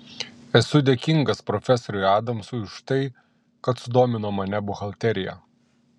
esu dėkingas profesoriui adamsui už tai kad sudomino mane buhalterija